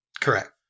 Correct